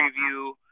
preview